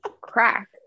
Crack